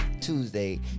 Tuesday